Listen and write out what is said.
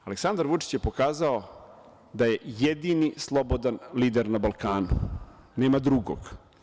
Aleksandar Vučić je pokazao da je jedini slobodan lider na Balkanu, nema drugog.